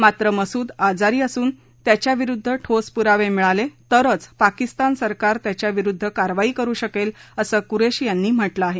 मात्र मसुद आजारी असून त्यांच्याविरुद्ध ठोस पुरावे मिळाले तरचं पाकिस्तान सरकार त्याच्याविरुद्ध कारवाई करु शकेल असं कुरेशी यांनी म्हटलं आहे